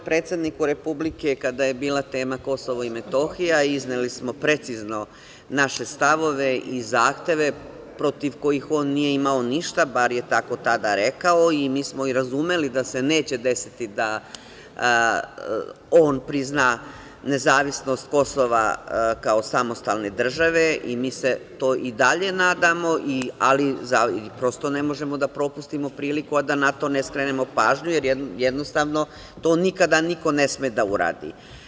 Mi smo ovde govorili predsedniku Republike kada je bila tema Kosovo i Metohija, izneli smo precizno naše stavove i zahteve protiv kojih on nije imao ništa, bar je tako tada rekao i mi smo i razumeli da se neće desiti da on prizna nezavisnost Kosova i Metohije kao samostalne države i mi se to i dalje nadamo, ali prosto ne možemo da propustimo priliku a da na to ne skrenemo pažnju, jer jednostavno to niko nikada ne sme da uradi.